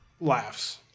laughs